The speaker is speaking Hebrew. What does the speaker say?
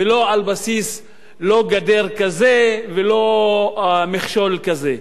ולא על בסיס גדר כזו ולא מכשול כזה.